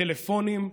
"טלפונים,